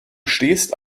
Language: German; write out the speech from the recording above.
stehst